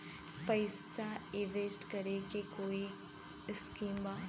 पैसा इंवेस्ट करे के कोई स्कीम बा?